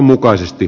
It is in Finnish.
varapuhemies